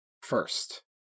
first